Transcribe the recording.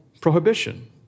prohibition